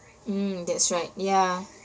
mm that's right ya